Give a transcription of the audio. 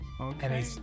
Okay